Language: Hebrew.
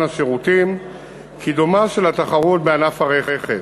השירותים וקידומה של התחרות בענף הרכב.